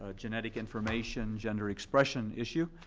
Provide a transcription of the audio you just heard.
ah genetic information, gender expression issue,